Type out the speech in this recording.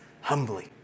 humbly